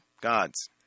God's